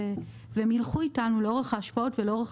והם ילכו איתנו לאורך ההשפעות ולאורך